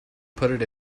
put